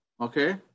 Okay